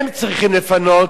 הם צריכים לפנות,